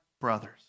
brothers